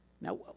Now